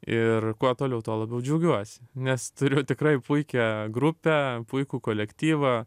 ir kuo toliau tuo labiau džiaugiuosi nes turiu tikrai puikią grupę puikų kolektyvą